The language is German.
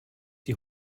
die